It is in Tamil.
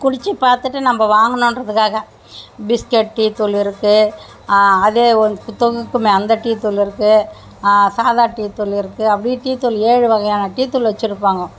குடித்து பார்த்துட்டு நம்ம வாங்கணுன்றதுக்காக பிஸ்கெட் டீ தூள் இருக்கு அந்த டீ தூள் இருக்கு சாதா டீ தூள் இருக்கு அப்படியே டீத்தூளே ஏழு வகையான டீ ள் வச்சுருப்பாங்க